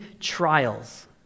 trials